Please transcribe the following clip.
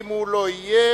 ואם הוא לא יהיה,